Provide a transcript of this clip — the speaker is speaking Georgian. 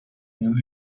ნიუ